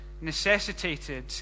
necessitated